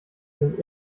sind